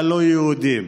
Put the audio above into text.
"הלא-יהודים".